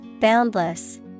Boundless